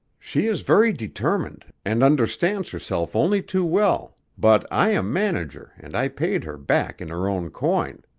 she is very determined, and understands herself only too well, but i am manager, and i paid her back in her own coin.